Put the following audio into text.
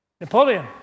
Napoleon